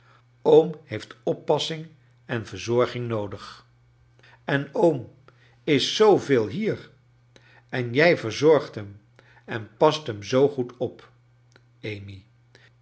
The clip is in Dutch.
oom bceft oppassing en verzorging noodig en oom is zoo veel hier en jij verzorgt hem en past hem zoo goed op amy